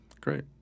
Great